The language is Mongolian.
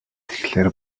тэгэхлээр